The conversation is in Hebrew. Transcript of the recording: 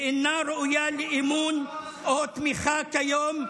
ואינה ראויה לאמון או תמיכה כיום,